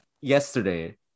yesterday